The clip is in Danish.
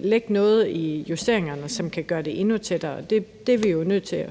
lægge noget i justeringerne, som kan gøre det endnu tættere. Det er vi jo for det